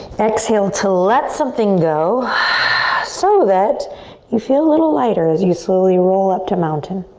exhale to let something go so that you feel a little lighter as you slowly roll up to mountain.